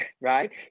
Right